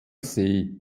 see